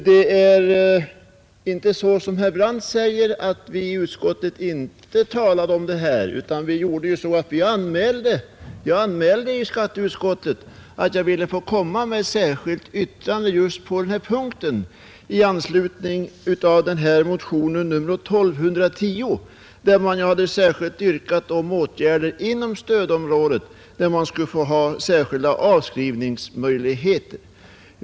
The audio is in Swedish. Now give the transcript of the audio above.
Det är inte så som herr Brandt sade att vi i utskottet inte talade om detta, men jag anmälde i skatteutskottet att jag ville få komma med ett särskilt yttrande just på denna punkt i anslutning till motionen 1210, i vilken yrkats om åtgärder inom stödområdet, där man skulle få särskilda avskrivningsmöjligheter.